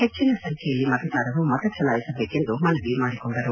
ಹೆಚ್ಚಿನ ಸಂಖ್ಯೆಯಲ್ಲಿ ಮತದಾರರು ಮತಚಲಾಯಿಸಬೇಕೆಂದು ಮನವಿ ಮಾಡಿಕೊಂಡರು